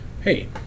hey